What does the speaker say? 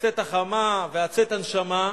מצאת החמה ועד צאת הנשמה,